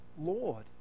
Lord